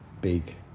big